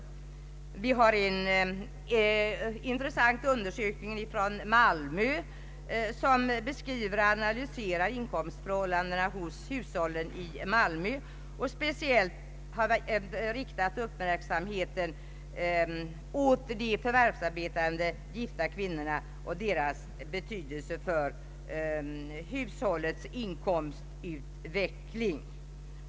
Det finns vidare en intressant undersökning från Malmö som analyserar inkomstförhållandena hos hushållen i Malmö och som speciellt har fäst uppmärksamheten på de förvärvsarbetande gifta kvinnorna och deras betydelse för hushållens inkomstutveckling.